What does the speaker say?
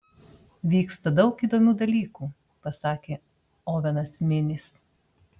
vyksta daug įdomių dalykų pasakė ovenas minis